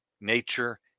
nature